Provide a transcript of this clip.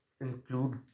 include